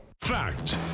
Fact